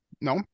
No